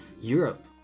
Europe